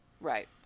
Right